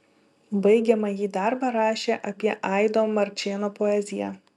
baigiamąjį darbą rašė apie aido marčėno poeziją